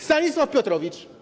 Stanisław Piotrowicz.